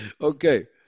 Okay